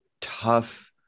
tough